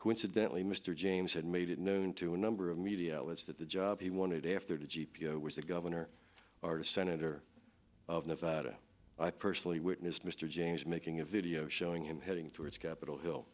coincidentally mr james had made it known to a number of media outlets that the job he wanted after the g p o was a governor or a senator of nevada i personally witnessed mr james making a video showing him heading towards capitol hill